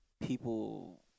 People